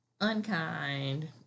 unkind